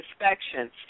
inspections